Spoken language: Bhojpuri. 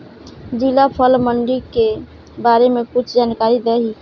जिला फल मंडी के बारे में कुछ जानकारी देहीं?